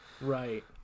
Right